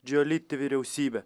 džioliti vyriausybe